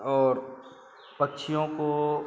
और पक्षियों को